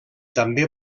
també